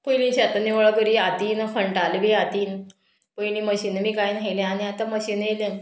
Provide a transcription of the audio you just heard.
पयलीं शेतां निवळ करी हातीन खंटाले बी हातीन पयलीं मशीन बी कांय न्हयलें आनी आतां मशीन येयलें